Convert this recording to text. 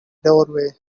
doorway